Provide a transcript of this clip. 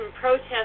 protests